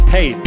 Hey